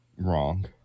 Wrong